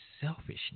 selfishness